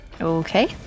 Okay